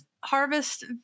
harvest